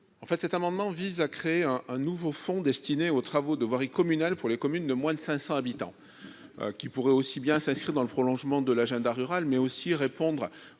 en fait, cet amendement vise à créer un un nouveau fonds destinés aux travaux de voirie communale pour les communes de moins de 500 habitants qui pourrait aussi bien s'inscrit dans le prolongement de l'agenda rural mais aussi répondre au